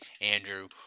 Andrew